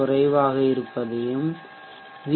குறைவாக இருப்பதையும் வி